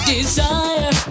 Desire